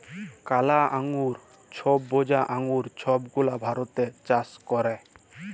কালা আঙ্গুর, ছইবজা আঙ্গুর ছব গুলা ভারতে চাষ ক্যরে